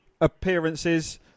Appearances